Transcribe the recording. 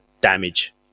damage